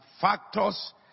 factors